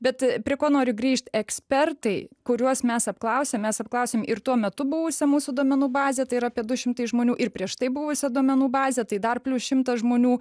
bet prie ko noriu grįžt ekspertai kuriuos mes apklausėm mes apklausėm ir tuo metu buvusią mūsų duomenų bazę tai yra apie du šimtai žmonių ir prieš tai buvusią duomenų bazę tai dar plius šimtas žmonių